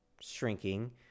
shrinking